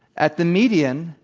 at the median,